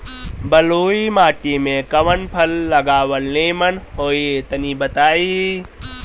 बलुई माटी में कउन फल लगावल निमन होई तनि बताई?